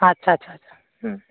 ᱟᱪᱪᱷᱟ ᱪᱷᱟ ᱪᱷᱟ